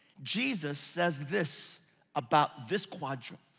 jesus says this about this quadrant.